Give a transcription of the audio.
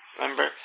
Remember